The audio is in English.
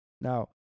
now